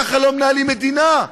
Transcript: ככה לא מנהלים מדינה.